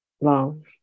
love